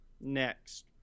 next